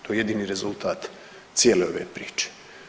To je jedini rezultat cijele ove priče.